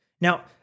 Now